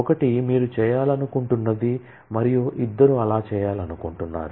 ఒకటి మీరు చేయాలనుకుంటున్నది మరియు ఇద్దరు అలా చేయాలనుకుంటున్నారు